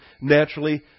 naturally